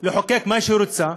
לחוקק מה שהיא רוצה.